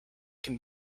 can